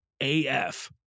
AF